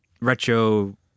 retro